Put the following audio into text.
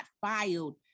filed